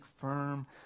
firm